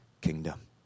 kingdom